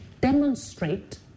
demonstrate